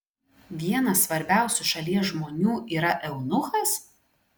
vienas svarbiausių šalies žmonių yra eunuchas